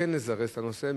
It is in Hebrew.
כן לזרז את הנושא,